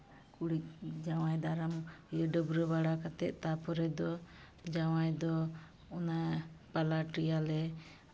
ᱠᱩᱲᱤ ᱡᱟᱶᱟᱭ ᱫᱟᱨᱟᱢ ᱰᱟᱹᱵᱽᱨᱟᱹ ᱵᱟᱲᱟ ᱠᱟᱛᱮᱫ ᱛᱟᱨᱯᱚᱨᱮ ᱫᱚ ᱠᱟᱶᱟᱭ ᱫᱚ ᱚᱱᱟ ᱯᱟᱞᱟᱴ ᱮᱭᱟᱞᱮ